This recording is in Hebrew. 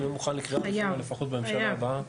יהיה מוכן לקריאה ראשונה לפחות בממשלה הבאה.